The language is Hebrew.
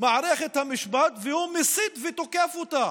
מערכת המשפט, והוא מסית ותוקף אותה.